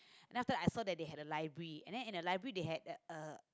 then after that I saw that they had the library and then in the library they had a